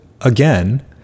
again